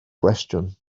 gwestiwn